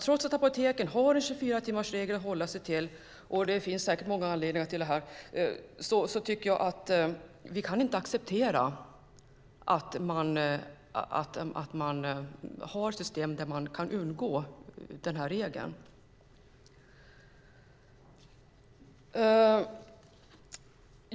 Trots att apoteken har en 24-timmarsregel att hålla sig till - och det finns säkert många anledningar till bristen - kan vi inte acceptera system där man kan undgå den regeln.